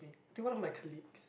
do you know one of my colleagues